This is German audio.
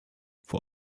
vor